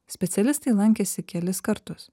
specialistai lankėsi kelis kartus